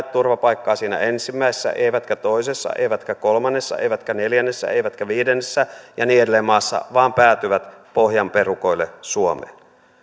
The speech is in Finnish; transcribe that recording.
turvapaikkaa siinä ensimmäisessä eivätkä toisessa eivätkä kolmannessa eivätkä neljännessä eivätkä viidennessä ja niin edelleen maassa vaan päätyvät pohjan perukoille suomeen